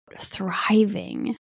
thriving